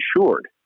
insured